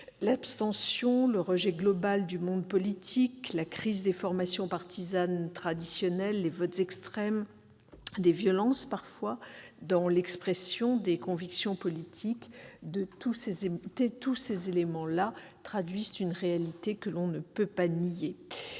L'abstention, le rejet global du monde politique, la crise des formations partisanes traditionnelles, les votes extrêmes, des violences, parfois, dans l'expression des convictions politiques : autant d'éléments qui traduisent une réalité qu'on ne peut pas nier.